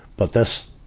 but this,